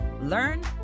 learn